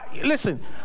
listen